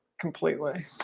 completely